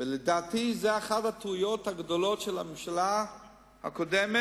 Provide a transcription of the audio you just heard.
ולדעתי זאת אחת הטעויות הגדולות של הממשלה הקודמת,